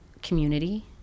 community